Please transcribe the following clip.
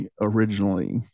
originally